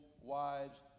wives